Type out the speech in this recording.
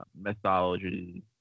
mythology